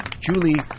Julie